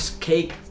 cake